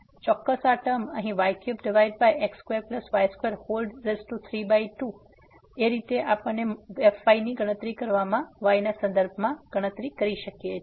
ચોક્કસ આ ટર્મ અહીં y3x2y232 અને તે જ રીતે આપણે આ fy ની ગણતરી y ના સદર્ભમાં કરી શકીએ છીએ